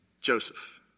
Joseph